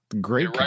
Great